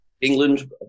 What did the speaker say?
England